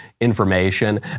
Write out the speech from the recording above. information